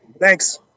Thanks